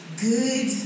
good